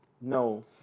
No